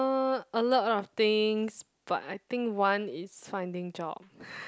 uh a lot of things but I think one is finding job